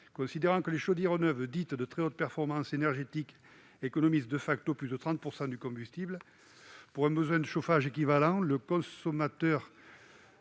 Considérant que les chaudières neuves, dites de très haute performance énergique, économisent plus de 30 % de combustible pour un besoin de chauffage équivalent, le consommateur